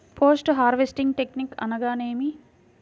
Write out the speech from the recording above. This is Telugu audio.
పోస్ట్ హార్వెస్టింగ్ టెక్నిక్ అనగా నేమి?